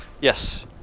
Yes